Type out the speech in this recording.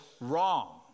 wrong